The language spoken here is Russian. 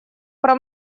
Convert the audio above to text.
про